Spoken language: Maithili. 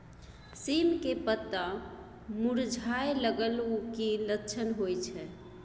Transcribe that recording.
सीम के पत्ता मुरझाय लगल उ कि लक्षण होय छै?